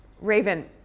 Raven